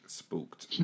spooked